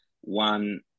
one